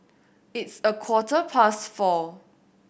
its a quarter past four